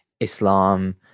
Islam